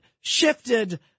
shifted